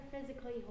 physically